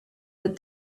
that